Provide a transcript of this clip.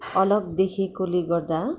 अलग देखिएकोले गर्दा